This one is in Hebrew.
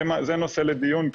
זה נושא לדיון,